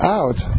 out